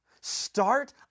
start